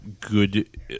good